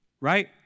Right